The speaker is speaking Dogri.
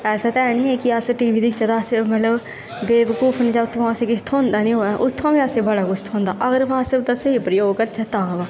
ऐसा ते ऐ निं ऐ की अस टीवी दिक्खगे ते अस बेवकुफ न जां उत्थुआं असें ई किश ना किश थ्होंदा निं होऐ असें ई बड़ा किश थ्होंदा पर अगर अस स्हेई प्रजोग करगे तां